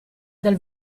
del